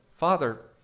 Father